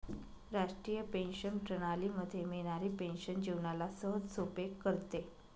राष्ट्रीय पेंशन प्रणाली मध्ये मिळणारी पेन्शन जीवनाला सहजसोपे करते